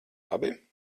labi